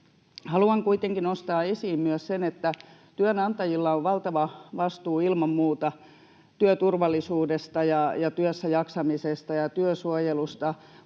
Haluan kuitenkin nostaa esiin myös sen, että työnantajilla on ilman muuta valtava vastuu työturvallisuudesta ja työssäjaksamisesta ja työsuojelusta,